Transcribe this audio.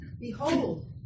Behold